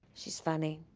she's funny.